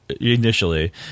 Initially